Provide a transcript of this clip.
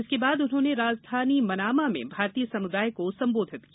इसके बाद उन्होंने राजधानी मनामा में भारतीय समुदाय को संबोधित किया